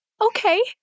okay